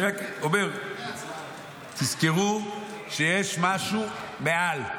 אני רק אומר: זכרו שיש משהו מעל.